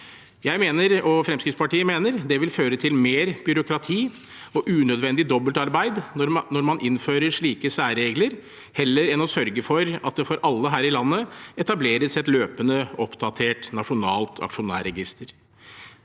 Jeg og Fremskrittspartiet mener det vil føre til mer byråkrati og unødvendig dobbeltarbeid når man innfører slike særregler, heller enn å sørge for at det for alle her i landet etableres et løpende oppdatert nasjonalt aksjonærregister.